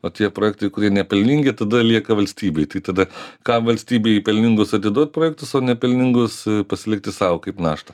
o tie projektai kurie nepelningi tada lieka valstybei tai tada ką valstybei pelningus atiduot projektus o nepelningus pasilikti sau kaip naštą